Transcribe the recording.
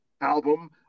album